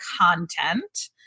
content